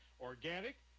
organic